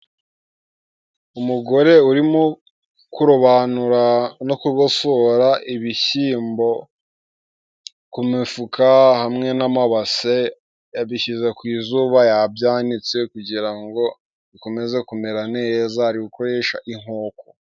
Umugore urimo kurobanura no kugosora ibishyimbo ku mifuka hamwe n'amabase, yabishyize ku zuba yabyanitse kugira ngo bikomeze kumera neza, ari gukoresha inkoko.